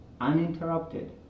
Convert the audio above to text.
Uninterrupted